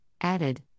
added